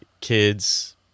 kids